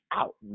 out